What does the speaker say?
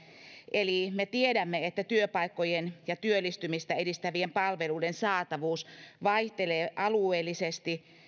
eli me tiedämme että työpaikkojen ja työllistymistä edistävien palveluiden saatavuus vaihtelee alueellisesti